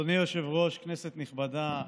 אדוני היושב-ראש, כנסת נכבדה,